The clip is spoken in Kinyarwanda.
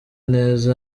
neza